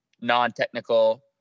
non-technical